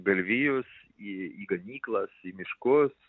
galvijus į į ganyklas į miškus